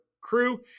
crew